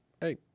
hey